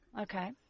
Okay